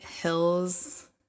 hills